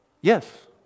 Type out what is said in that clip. yes